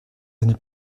années